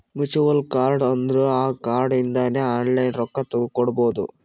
virtual card ಅಂದುರ್ ಆ card ಇಂದಾನೆ ಆನ್ಲೈನ್ ರೊಕ್ಕಾ ಕೊಡ್ಬೋದು